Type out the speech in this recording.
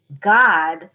god